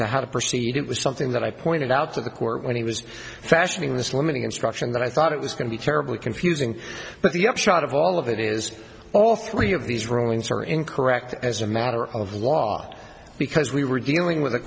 to how to proceed it was something that i pointed out to the court when he was fashioning this limiting instruction that i thought it was going to be terribly confusing but the upshot of all of it is all three of these rulings are incorrect as a matter of law because we were dealing with a